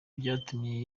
byatumye